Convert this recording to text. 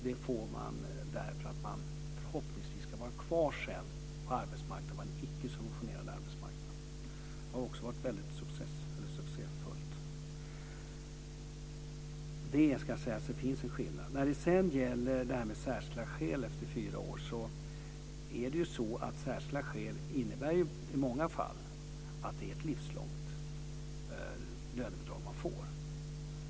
Det får man för att man förhoppningsvis ska vara kvar sedan på den icke subventionerade arbetsmarknaden. Det har också varit en väldig succé. Det är skillnaden. När det gäller särskilda skäl efter fyra år innebär särskilda skäl i många fall att det är ett livslångt lönebidrag.